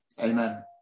amen